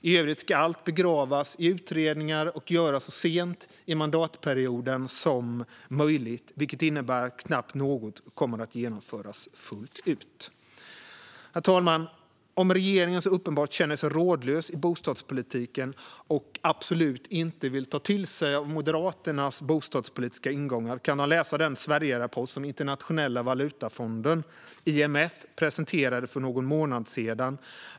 I övrigt ska allt begravas i utredningar och göras så sent i mandatperioden som möjligt, vilket innebär att knappt något kommer att genomföras fullt ut. Herr talman! Om regeringen så uppenbart känner sig rådlös i bostadspolitiken och absolut inte vill ta till sig av Moderaternas bostadspolitiska ingångar kan de läsa den Sverigerapport som Internationella valutafonden, IMF, presenterade för någon månad sedan.